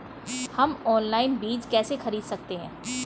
हम ऑनलाइन बीज कैसे खरीद सकते हैं?